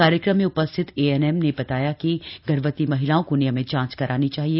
कार्यक्रम में उपस्थित ए एन एम ने बताया कि गर्भवती महिलाओं को नियमित जांच करानी चाहिए